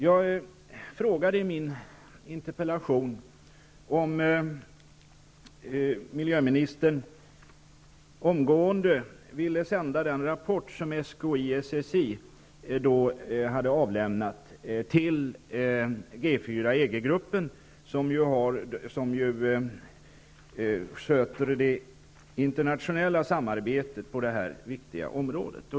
Jag frågade om miljöministern omgående ville ''lämna rapporten från SKI EG-gruppen'', som ju sköter det internationella samarbetet på det här viktiga området.